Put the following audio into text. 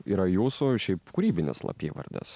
yra jūsų šiaip kūrybinis slapyvardis